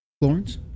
Florence